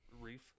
reef